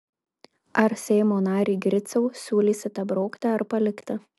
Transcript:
ar seimo nary griciau siūlysite braukti ar palikti